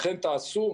וכן תעשו.